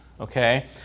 okay